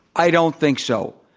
i don't think so.